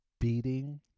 beating